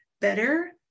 better